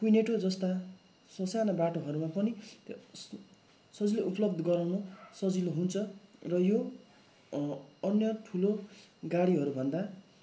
कुइनेटो जस्ता ससाना बाटोहरूमा पनि सजिलै उपलब्ध गराउन सजिलो हुन्छ र यो अन्य ठुलो गाडीहरू भन्दा